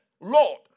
Lord